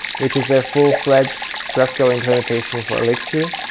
which is a full-fledged graphql implementation for elixir,